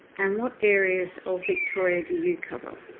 and what areas of victoria do you cover?